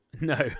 no